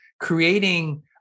creating